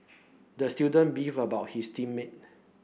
the student beefed about his team mate